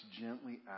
gently